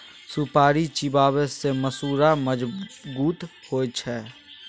सुपारी चिबाबै सँ मसुरा मजगुत होइ छै